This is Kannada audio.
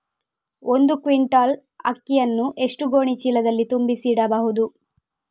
ಒಂದು ಕ್ವಿಂಟಾಲ್ ಅಕ್ಕಿಯನ್ನು ಎಷ್ಟು ಗೋಣಿಚೀಲದಲ್ಲಿ ತುಂಬಿಸಿ ಇಡಬಹುದು?